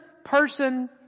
person